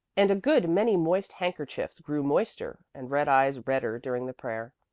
and a good many moist handkerchiefs grew moister, and red eyes redder during the prayer.